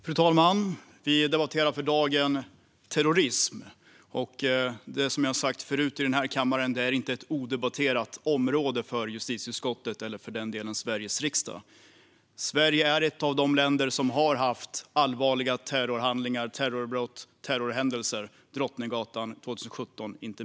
Fru talman! Vi debatterar för dagen terrorism. Som jag har sagt förut i den här kammaren är det inte ett odebatterat ämne för justitieutskottet eller, för den delen, för Sveriges riksdag. Sverige är ett av de länder som har haft allvarliga terrorhandlingar, terrorbrott och terrorhändelser, inte minst på Drottninggatan 2017.